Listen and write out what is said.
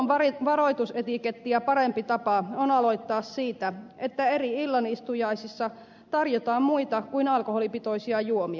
pullon varoitusetikettiä parempi tapa on aloittaa siitä että erilaisissa illanistujaisissa tarjotaan muita kuin alkoholipitoisia juomia